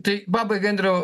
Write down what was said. tai babaigai andriau